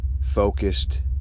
focused